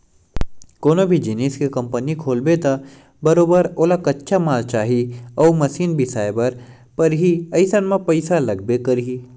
कोनो भी जिनिस के कंपनी खोलबे त बरोबर ओला कच्चा माल चाही अउ मसीन बिसाए बर परही अइसन म पइसा लागबे करही